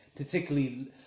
particularly